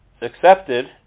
accepted